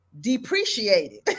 Depreciated